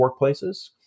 workplaces